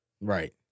right